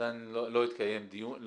עדיין לא התקיים דיון.